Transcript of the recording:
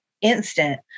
instant